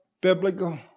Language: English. biblical